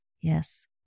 Yes